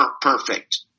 perfect